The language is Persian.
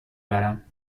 برم